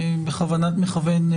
בכוונת מכוון,